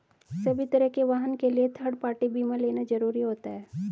सभी तरह के वाहन के लिए थर्ड पार्टी बीमा लेना जरुरी होता है